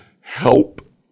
help